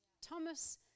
Thomas